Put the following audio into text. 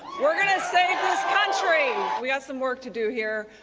we're gonna save this country. we got some work to do here.